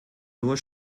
nur